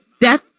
Death